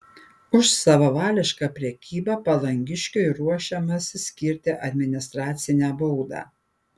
už savavališką prekybą palangiškiui ruošiamasi skirti administracinę baudą